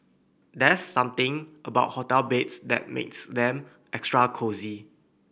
there's something about hotel beds that makes them extra cosy